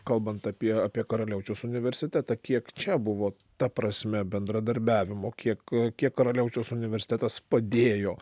kalbant apie apie karaliaučiaus universitetą kiek čia buvo ta prasme bendradarbiavimo kiek kiek karaliaučiaus universitetas padėjo